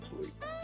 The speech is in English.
sleep